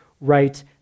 right